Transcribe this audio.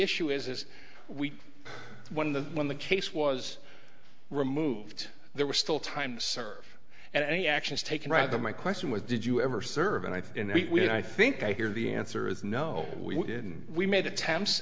issue is as we when the when the case was removed there was still time served and any actions taken rather my question was did you ever serve and i think we i think i hear the answer is no we didn't we made attempts